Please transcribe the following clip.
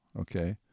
okay